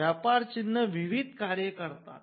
व्यापार चिन्ह विविध कार्य करतात